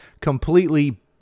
completely